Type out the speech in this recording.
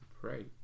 pray